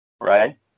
Right